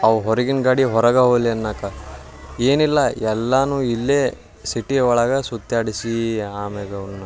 ಅವು ಹೊರ್ಗಿನ ಗಾಡಿ ಹೊರಗೆ ಹೋಗ್ಲಿ ಅನ್ನಕ್ಕೆ ಏನಿಲ್ಲ ಎಲ್ಲನೂ ಇಲ್ಲೇ ಸಿಟಿ ಒಳಗೆ ಸುತ್ತಾಡ್ಸಿ ಆಮ್ಯಾಲ ಅವನ್ನ